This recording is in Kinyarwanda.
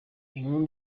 inkuru